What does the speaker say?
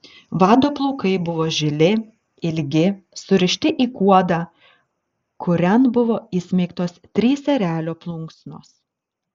vado plaukai buvo žili ilgi surišti į kuodą kurian buvo įsmeigtos trys erelio plunksnos